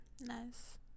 nice